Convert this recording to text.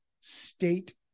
state